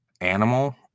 animal